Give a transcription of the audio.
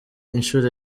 inshuro